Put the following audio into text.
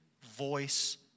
voice